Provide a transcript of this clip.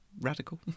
radical